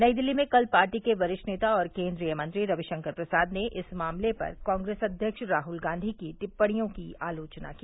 नई दिल्ली में कल पार्टी के वरिष्ठ नेता और केन्द्रीय मंत्री रविशंकर प्रसाद ने इस मामले पर कांग्रेस अध्यक्ष राहुल गांधी की टिप्पणियों की आलोचना की